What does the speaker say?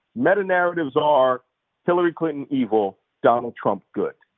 meta-narratives are hillary clinton evil, donald trump good.